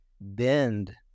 bend